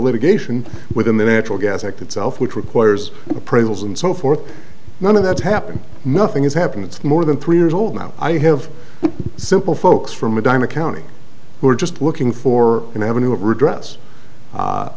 litigation within the natural gas act itself which requires appraisals and so forth none of that's happened nothing has happened it's more than three years old now i have a simple folks from medina county who are just looking for an avenue of redress a